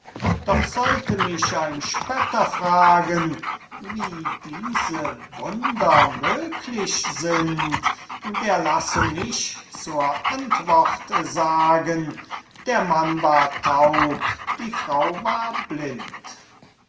doch sollte mich ein spötter fragen wie diese wunder möglich sind der lasse sich zur antwort sagen der mann war taub die frau war blind